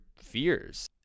fears